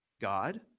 God